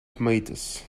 tomatoes